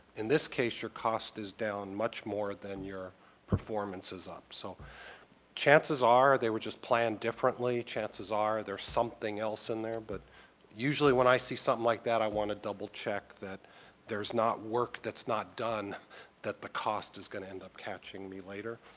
in this case, your cost is down much more than your performance is up. so chances are they were just planned differently, chances are there's something else in there, but usually when i see something like that, i want to double-check that there's not work that's not done that the cost is going to end up catching me later.